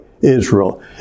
Israel